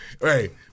Right